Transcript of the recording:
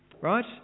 Right